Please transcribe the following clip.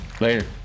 later